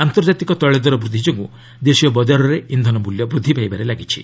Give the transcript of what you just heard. ଆନ୍ତର୍ଜାତିକ ତୈଳ ଦର ବୃଦ୍ଧି ଯୋଗୁଁ ଦେଶୀୟ ବଜାରରେ ଇନ୍ଧନ ମୂଲ୍ୟ ବୃଦ୍ଧି ପାଇବାରେ ଲାଗିଛି